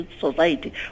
society